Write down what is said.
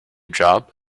job